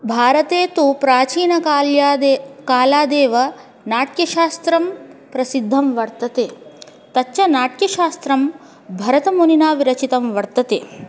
भारते तु प्राचीनकालादेव कालादेव नाट्यशास्त्रं प्रसिद्धं वर्तते तच्च नाट्यशास्त्रं भरतमुनिना विरचितं वर्तते